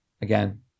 again